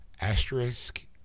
Asterisk